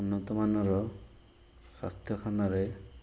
ଉନ୍ନତମାନର ସ୍ୱାସ୍ଥ୍ୟଖାନାରେ